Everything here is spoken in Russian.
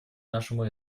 нашему